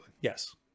yes